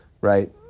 Right